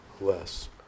less